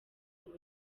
uba